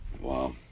wow